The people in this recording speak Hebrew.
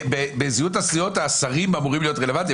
בזהות הסיעות השרים אמורים להיות רלוונטיים,